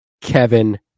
Kevin